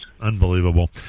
Unbelievable